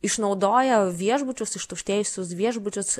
išnaudojo viešbučius ištuštėjusius viešbučius